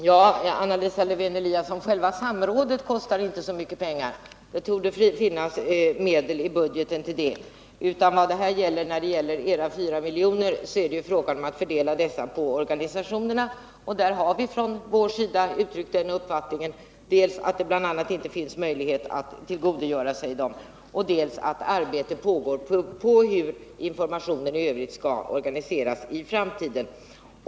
Herr talman! Själva samrådet kostar inte så mycket pengar, Anna Lisa Lewén-Eliasson. Det torde finnas medel i budgeten till det. När det gäller era 4 miljoner, som det är fråga om att fördela på organisationerna, har vi från vår sida uttryckt uppfattningen dels att dessa inte har möjlighet att tillgodogöra sig pengarna, dels att arbete pågår om hur informationen i övrigt skall organiseras i framtiden.